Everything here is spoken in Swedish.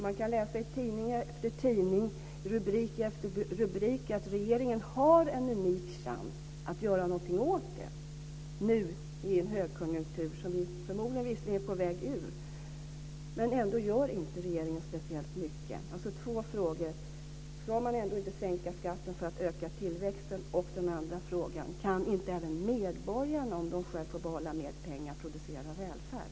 Vi kan läsa i tidning efter tidning, rubrik efter rubrik, att regeringen har en unik chans att göra någonting åt detta nu i en högkonjunktur - som vi förmodligen är på väg ur - men ändå gör regeringen inte speciellt mycket. Ska man inte sänka skatten för att öka tillväxten? Kan inte medborgarna, om de själva får behålla mer pengar, producera mer välfärd?